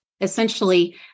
essentially